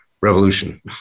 revolution